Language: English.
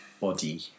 body